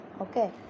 Okay